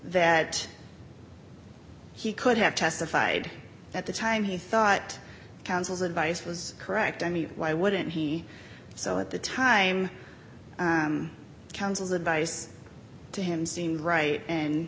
that he could have testified at the time he thought counsel's advice was correct i mean why wouldn't he so at the time counsel's advice to him seemed right and